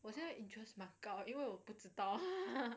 我现在 interest 蛮高因为我不知道